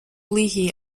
leahy